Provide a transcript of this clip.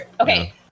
Okay